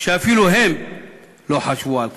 שאפילו הם לא חשבו על כך.